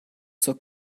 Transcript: zur